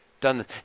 done